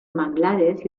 manglares